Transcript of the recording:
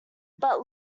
but